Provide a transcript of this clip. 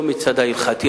לא מהצד ההלכתי,